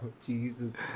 Jesus